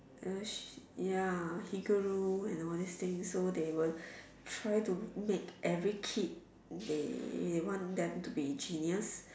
ah ya Higuru and all these things so they will try to make every kid they want them to be genius